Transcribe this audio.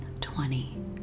twenty